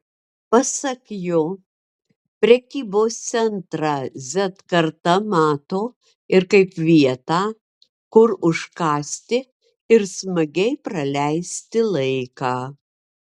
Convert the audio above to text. pasak jo prekybos centrą z karta mato ir kaip vietą kur užkąsti ir smagiai praleisti laiką